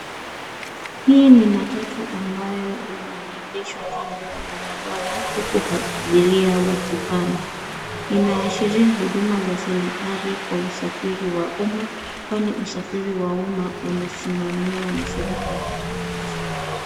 Hii ni matatu ambayo imeegeshwa kando ya barabara, huku abiria wakipanda. Inaashiria huduma za serikali kwa usafiri wa uma kwani usafiri wa uma unasimamiwa na serikali.